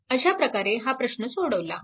अशा प्रकारे हा प्रश्न सोडवला